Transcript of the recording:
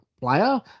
player